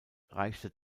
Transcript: reichte